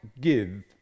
give